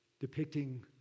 depicting